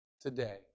today